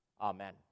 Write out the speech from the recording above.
Amen